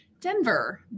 Denver